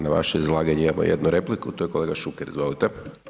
Na vaše izlaganje imamo jednu repliku, to je kolega Šuker, izvolite.